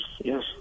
yes